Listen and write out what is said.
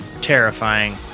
terrifying